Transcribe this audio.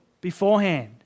beforehand